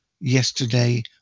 yesterday